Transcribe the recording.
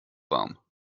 warm